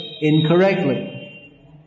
incorrectly